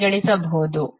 ಪರಿಗಣಿಸಬಹುದು